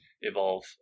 evolve